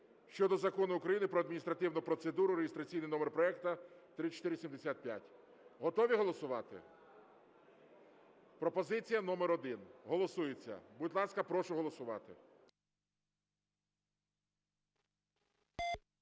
щодо Закону України "Про адміністративну процедуру" (реєстраційний номер проекту 3475). Готові голосувати? Пропозиція номер один голосується. Будь ласка, прошу голосувати.